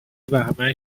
وهمه